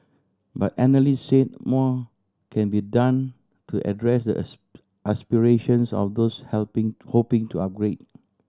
but analyst said more can be done to address the aspirations of those helping hoping to upgrade